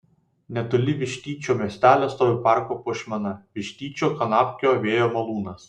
netoli vištyčio miestelio stovi parko puošmena vištyčio kanapkio vėjo malūnas